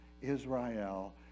Israel